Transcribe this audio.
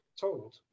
told